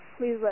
Please